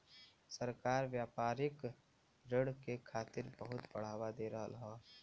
सरकार व्यापारिक ऋण के खातिर बहुत बढ़ावा दे रहल हौ